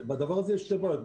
בדבר הזה יש שתי בעיות.